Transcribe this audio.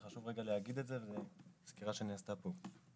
חשוב רגע להגיד את זה וזו הסקירה שנעשתה פה.